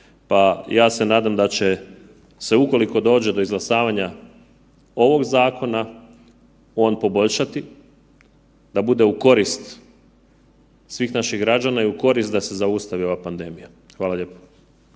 ja se nadam da će se ukoliko dođe do izglasavanja ovog zakona on poboljšati da bude u korist svih naših građana i u korist da se zaustavi ova pandemija. Hvala lijepa.